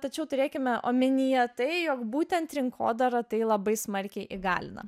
tačiau turėkime omenyje tai jog būtent rinkodara tai labai smarkiai įgalina